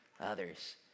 others